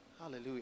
Hallelujah